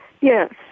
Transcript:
Yes